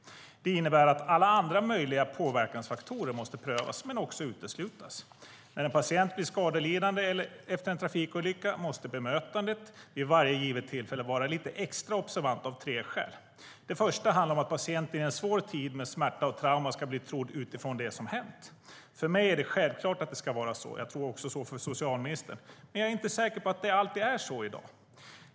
Det innebär att alla andra möjliga påverkansfaktorer måste prövas men också uteslutas. När en patient blir skadelidande efter en trafikolycka måste bemötandet vid varje givet tillfälle vara lite extra observant av tre skäl. Det första handlar om att patienten i en svår tid med smärta och trauma ska bli trodd utifrån det som hänt. För mig är det självklart, och jag tror också att det är så för socialministern. Men jag är inte säker på att det alltid är så i dag.